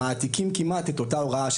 מעתיקים כמעט את אותה ההוראה,